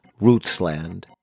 Rootsland